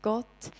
God